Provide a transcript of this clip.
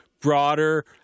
broader